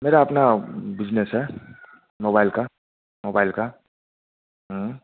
मेरा अपना बिजिनेस है मोबाइल का मोबाइल का